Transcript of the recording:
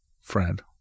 Friend